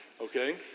okay